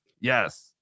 yes